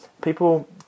people